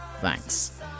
Thanks